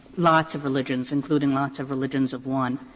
lots of religions, including lots of religions of one,